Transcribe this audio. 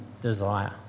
desire